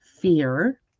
fear